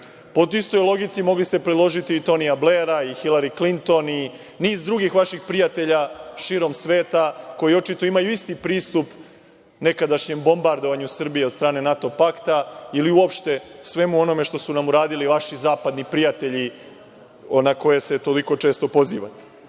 Po istoj logici mogli ste predložiti i Tonija Blera i Hilari Klinton i niz drugih vaših prijatelja širom sveta koji očito imaju isti pristup nekadašnjem bombardovanju Srbije od strane NATO pakta ili uopšte svemu onome što su nam uradili vaši zapadni prijatelji na koje se toliko često pozivate. Vaš